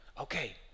Okay